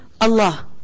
Allah